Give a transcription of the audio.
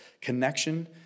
connection